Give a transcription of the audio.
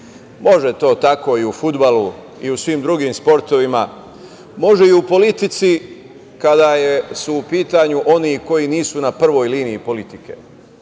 njih. Može to tako i u fudbalu i u svim drugim sportovima, može i u politici kada su u pitanju oni koji nisu na prvoj liniji politike.